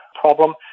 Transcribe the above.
problem